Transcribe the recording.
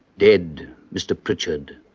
dead mr pritchard,